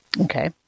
Okay